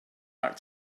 back